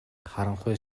харанхуй